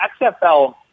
XFL